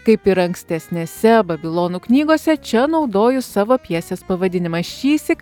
kaip ir ankstesnėse babilonų knygose čia naudoju savo pjesės pavadinimą šįsyk